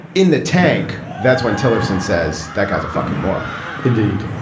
in the tank. that's when tillerson says that guy's a fucking moron indeed.